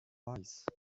advise